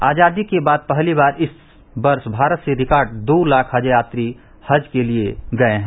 आजादी के बाद पहली बार इस वर्ष भारत से रिकार्ड दो लाख हज यात्री हज के लिए गये हैं